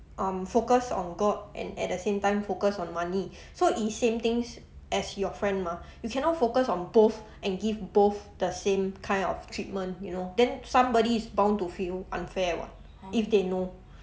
uh focus on god and at the same time focus on money so it's same things as your friend mah you cannot focus on both and give both the same kind of treatment you know then somebody is bound to feel unfair [what] if they know